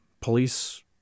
police